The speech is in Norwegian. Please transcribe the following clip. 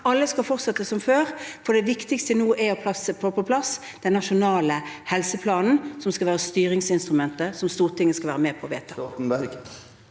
Alle skal fortsette som før, for det viktigste nå er å få på plass den nasjonale helseplanen, som skal være styringsinstrumentet som Stortinget skal være med på å vedta.